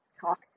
talk